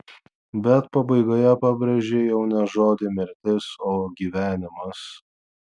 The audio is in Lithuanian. bet pabaigoje pabrėžei jau ne žodį mirtis o gyvenimas